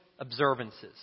observances